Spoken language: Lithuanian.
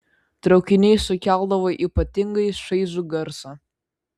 traukiniai sukeldavo ypatingai šaižų garsą